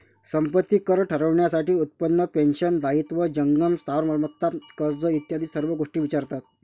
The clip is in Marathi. संपत्ती कर ठरवण्यासाठी उत्पन्न, पेन्शन, दायित्व, जंगम स्थावर मालमत्ता, कर्ज इत्यादी सर्व गोष्टी विचारतात